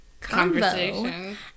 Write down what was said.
conversation